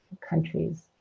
countries